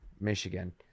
michigan